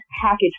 package